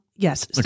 Yes